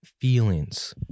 feelings